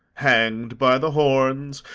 hanged by the horns!